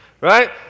right